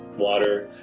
water,